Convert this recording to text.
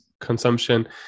consumption